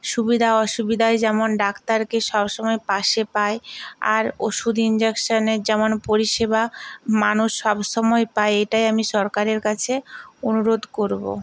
সুবিধা অসুবিধায় যেমন ডাক্তারকে সব সময় পাশে পায় আর ওষুধ ইনজেকশানের যেমন পরিষেবা মানুষ সব সময় পায় এটাই আমি সরকারের কাছে অনুরোধ করবো